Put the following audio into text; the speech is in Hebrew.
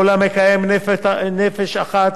"כל המקיים נפש אחת,